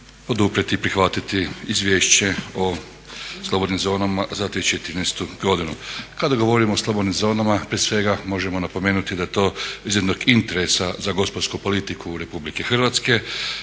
poduprijeti, prihvatiti Izvješće o slobodnim zonama za 2013. godinu. Kada govorimo o slobodnim zonama prije svega možemo napomenuti da je to iz jednog interesa za gospodarsku politiku Republike Hrvatske.